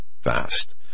fast